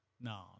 no